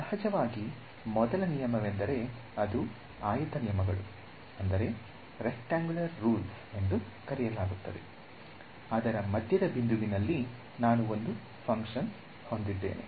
ಸಹಜವಾಗಿ ಮೊದಲ ನಿಯಮವೆಂದರೆ ಅದು ಆಯತ ನಿಯಮಗಳು ಎಂದು ಕರೆಯಲಾಗುತ್ತದೆ ಅದರ ಮಧ್ಯದ ಬಿಂದುವಿನಲ್ಲಿ ನಾನು ಒಂದು ಫಂಕ್ಷನ್ ಹೊಂದಿದ್ದೇನೆ